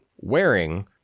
wearing